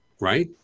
right